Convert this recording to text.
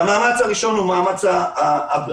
המאמץ הראשון הוא המאמץ הבריאותי,